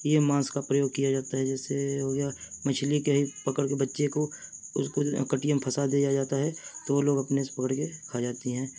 یہ ماس کا پریوگ کیا جاتا ہے جیسے ہو گیا مچھلی کے ہی پکڑ کے بچے کو اس کو کٹیا میں پھنسا دیا جاتا ہے تو وہ لوگ اپنے سے پکڑ کے کھا جاتی ہیں